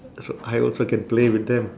so I also can play with them